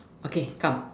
okay come